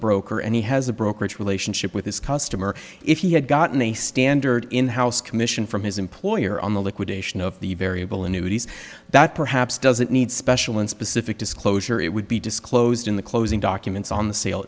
broker and he has a brokerage relationship with his customer if he had gotten a standard in house commission from his employer on the liquidation of the variable annuities that perhaps doesn't need special and specific disclosure it would be disclosed in the closing documents on the sa